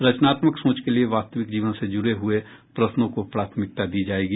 रचनात्मक सोच के लिए वास्तविक जीवन से जुड़े हुये प्रश्नों को प्राथमिकता दी जायेगी